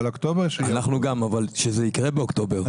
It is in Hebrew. גם אנחנו אבל שזה יקרה באוקטובר.